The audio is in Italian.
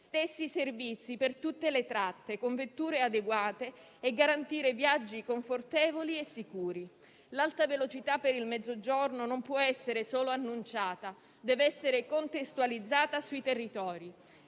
stessi servizi per tutte le tratte con vetture adeguate e di garantire viaggi confortevoli e sicuri. L'Alta velocità per il Mezzogiorno non può essere solo annunciata, deve essere contestualizzata sui territori.